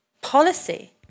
policy